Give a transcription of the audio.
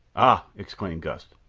ah! exclaimed gust,